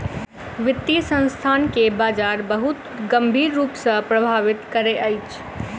वित्तीय संस्थान के बजार बहुत गंभीर रूप सॅ प्रभावित करैत अछि